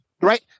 right